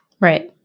right